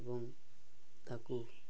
ଏବଂ ତାକୁ